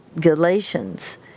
galatians